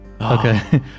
Okay